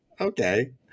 okay